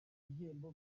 ibihembo